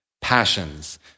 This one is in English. passions